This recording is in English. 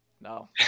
No